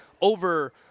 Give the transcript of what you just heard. Over